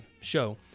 show